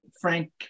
Frank